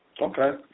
Okay